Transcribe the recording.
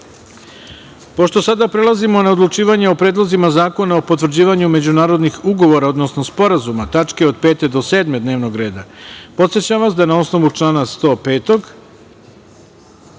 sada prelazimo na odlučivanje o predlozima zakona o potvrđivanju međunarodnih ugovora, odnosno sporazuma, tačke od 5. do 7. dnevnog reda, podsećam vas da je na osnovu člana 105.